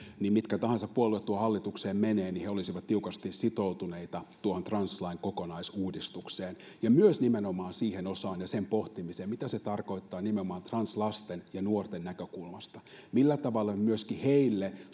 mitkä tahansa puolueet tuohon hallitukseen menevätkään niin se olisi tiukasti sitoutunut tuohon translain kokonaisuudistukseen ja nimenomaan myös siihen osaan ja sen pohtimiseen mitä se tarkoittaa nimenomaan translasten ja nuorten näkökulmasta millä tavalla me myöskin heille